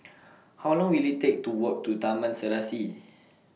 How Long Will IT Take to Walk to Taman Serasi